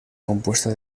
compuesta